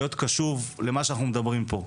להיות קשובים למה שאנחנו מעלים פה.